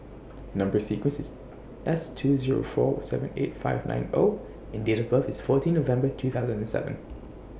Number sequence IS S two Zero four seven eight five nine O and Date of birth IS fourteen November two thousand and seven